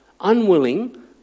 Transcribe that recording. unwilling